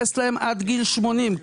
עוד פעם,